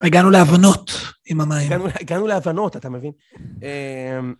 הגענו להבנות עם המים. הגענו להבנות, אתה מבין?